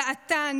דעתן,